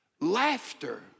laughter